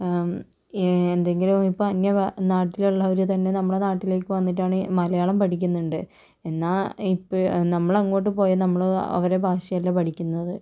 എന്തെങ്കിലും ഇപ്പം അന്യ നാട്ടിലുള്ളവർ തന്നെ നമ്മുടെ നാട്ടിലേക്ക് വന്നിട്ടാണ് മലയാളം പഠിക്കുന്നുണ്ട് എന്നാൽ ഇപ്പം നമ്മളങ്ങോട്ട് പോയാൽ നമ്മൾ അവരുടെ ഭാഷയല്ല പഠിക്കുന്നത്